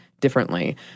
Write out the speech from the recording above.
differently